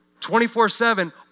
24-7